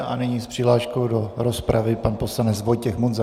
A nyní s přihláškou do rozpravy pan poslanec Vojtěch Munzar.